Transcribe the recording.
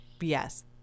Yes